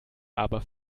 aber